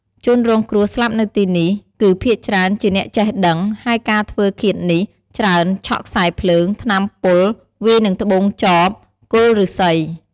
ជនរងគ្រោះស្លាប់នៅទីនេះ គឺភាគច្រើនជាអ្នកចេះដឹង ហើយការធ្វើឃាតនេះ ច្រើនឆក់ខ្សែភ្លើង ថ្នាំពុល វាយនឹងត្បូងចប គល់ឫស្សី។